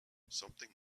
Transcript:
something